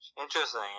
Interesting